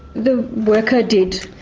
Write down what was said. the worker did,